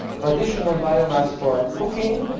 traditional biomass for cooking,